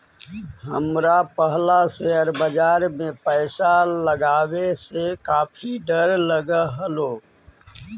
हमरा पहला शेयर बाजार में पैसा लगावे से काफी डर लगअ हलो